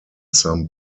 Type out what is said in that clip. some